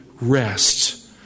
rest